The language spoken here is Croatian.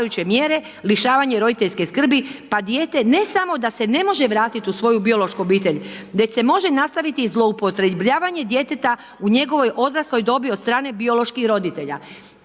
lišavanja roditeljske skrbi, pa dijete, ne samo da se ne može vratiti u svoju biološku obitelj, već se može nastaviti zloupotrebljavanje djeteta u njegovoj odrasloj dobi od strane bioloških roditelja.